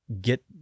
get